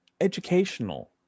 educational